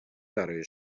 برای